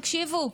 אמרתי: תקשיבו,